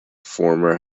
former